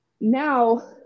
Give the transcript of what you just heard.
Now